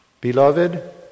Beloved